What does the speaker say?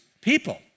people